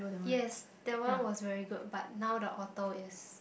yes that one way very good but now the author is